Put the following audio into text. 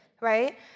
right